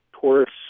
tourists